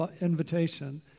invitation